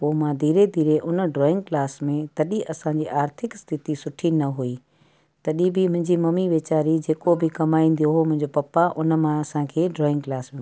पोइ मां धीरे धीरे उन ड्रॉईंग क्लास में तॾहिं असांजी आर्थिक स्थति सुठी न हुई तॾहिं बि मुंहिंजी मम्मी वेचारी जेको बि कमाईंदी हुई उहो मुंहिंजे पपा उनमां असांखे ड्रॉईंग क्लास